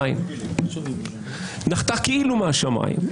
נחתה כאילו מהשמיים,